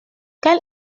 quel